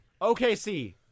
OKC